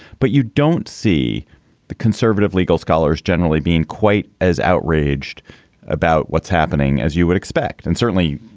but you don't see the conservative legal scholars generally being quite as outraged about what's happening as you would expect. and certainly,